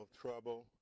trouble